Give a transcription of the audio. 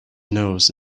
nose